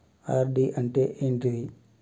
RD అంటే ఏంటిది?